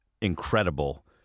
incredible